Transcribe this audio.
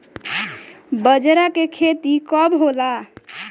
बजरा के खेती कब होला?